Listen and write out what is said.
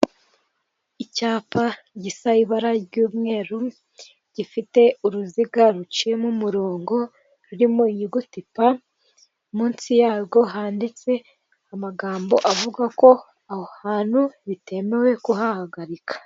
Icyapa gisa ibara ry'umweru, gifite uruziga ruciyemo umurongo rurimo inyuguti "p" munsi yarwo handitse amagambo avuga ko aho hantu bitemewe kuhahagarika.